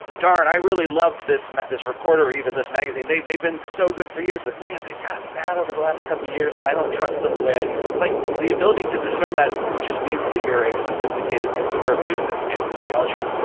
darn, i really loved this reporter, even this magazine. they've they've been so good for years. but man, they've gotten bad over the last couple years and i don't trust them the way i used to. like the ability to discern that just means that you're a sophisticated consumer of news and and we all should